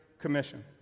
commission